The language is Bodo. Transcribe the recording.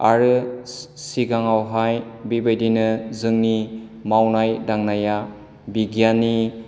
आरो सिगाङावहाय बेबायदिनो जोंनि मावनाय दांनाया बिगियाननि